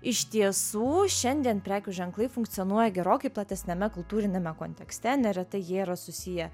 iš tiesų šiandien prekių ženklai funkcionuoja gerokai platesniame kultūriniame kontekste neretai jie yra susiję